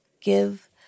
give